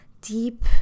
deep